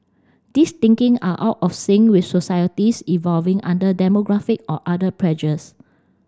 these thinking are out of sync with societies evolving under demographic or other pressures